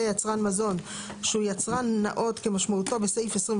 יצרן מזון שהוא יצרן נאות כמשמעותו בסעיף 23